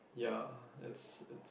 yeah it's it's